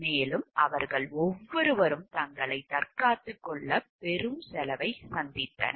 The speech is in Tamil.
மேலும் அவர்கள் ஒவ்வொருவரும் தங்களைத் தற்காத்துக் கொள்ள பெரும் செலவைச் சந்தித்தனர்